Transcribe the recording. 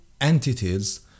entities